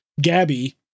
Gabby